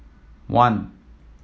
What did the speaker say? one